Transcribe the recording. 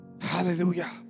Hallelujah